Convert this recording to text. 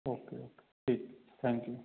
okay okay ठीक thank you